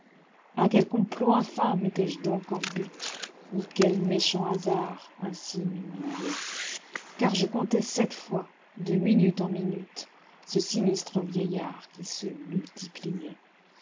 a quel complot infâme étais-je donc en butte ou quel méchant hasard ainsi m'humiliait car je comptai sept fois de minute en minute ce sinistre vieillard qui se multipliaiti